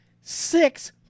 six